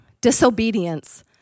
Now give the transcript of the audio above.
disobedience